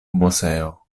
moseo